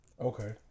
Okay